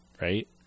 right